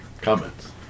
Comments